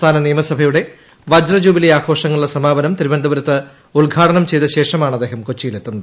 സംസ്ഥാന നിയമസഭയുടെ വജ്രജൂബിലി ആഘോഷങ്ങളുടെ സമാപനം തിരുവനന്തപുരത്ത് ഉദ്ഘാടനം ചെയ്ത ശേഷമാണ് അദ്ദേഹം കൊച്ചിയിൽ എത്തുന്നത്